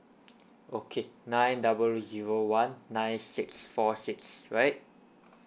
okay nine double zero one nine six four six right